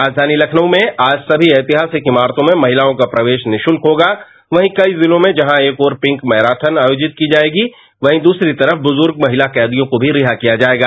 राजधानी लखनऊ में आज सभी ऐतिहासिक इमारतों में महिलाओं का प्रवेश निशुल्क होगा वहीं कई जिलों में जहां एक और पिंक मैराथन आयोजित की जाएगी वहीं दूसरी तरफ बुजुर्ग महिला कैदियों को भी रिहा किया जाएगा